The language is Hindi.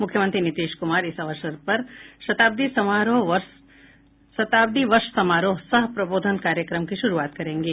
मुख्यमंत्री नीतीश कुमार इस अवसर पर शताब्दी वर्ष समारोह सह प्रबोधन कार्यक्रम की शुरूआत करेंगे